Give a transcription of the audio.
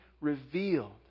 revealed